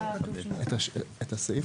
משרד האוצר,